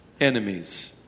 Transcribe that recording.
enemies